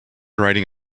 riding